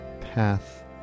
path